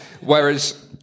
Whereas